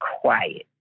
quiet